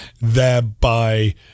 thereby